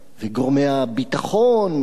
וגורמי הביטחון,